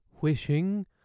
wishing